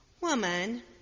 Woman